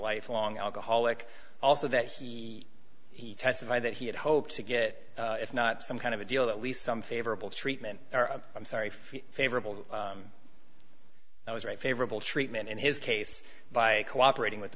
lifelong alcoholic also that he he testified that he had hoped to get if not some kind of a deal at least some favorable treatment i'm sorry for favorable i was right favorable treatment in his case by cooperating with the